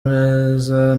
neza